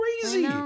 crazy